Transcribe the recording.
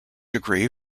degree